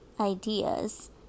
ideas